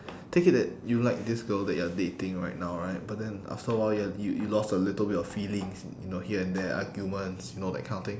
take it that you like this girl that you are dating right now right but then after a while you have y~ you lost a little bit of feelings you know here and there arguments you know that kind of thing